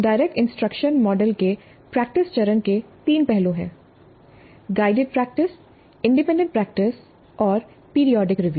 direct instruction model के practice चरण के तीन पहलू हैं गाइडेड प्रैक्टिस इंडिपेंडेंट प्रैक्टिस और पीरियाडिक रिव्यू